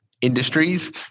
industries